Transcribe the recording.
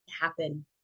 happen